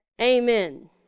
Amen